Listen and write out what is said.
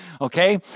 okay